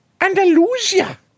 Andalusia